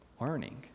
learning